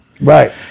Right